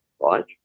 right